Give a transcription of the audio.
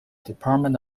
department